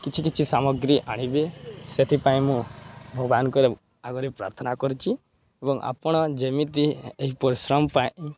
କିଛି କିଛି ସାମଗ୍ରୀ ଆଣିବେ ସେଥିପାଇଁ ମୁଁ ଭଗବାନଙ୍କ ଆଗରେ ପ୍ରାର୍ଥନା କରୁଛି ଏବଂ ଆପଣ ଯେମିତି ଏହି ପରିଶ୍ରମ ପାଇଁ